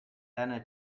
lenna